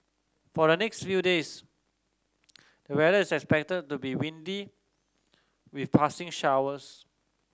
for the next few days the weather is expected to be windy with passing showers